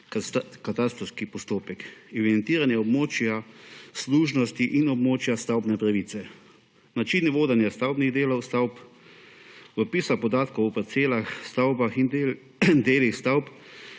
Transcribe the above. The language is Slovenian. katastrski postopek, evidentiranje območja služnosti in območja stavbne pravice, načini vodenja stavbnih delov stavb in vpisa podatkov o parcelah, stavbah in delih stavb